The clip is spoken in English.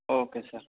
okay sir